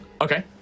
Okay